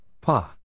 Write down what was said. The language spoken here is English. Pa